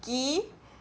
ski